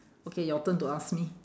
okay your turn to ask me